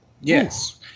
Yes